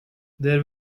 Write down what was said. there